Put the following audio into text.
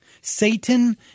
Satan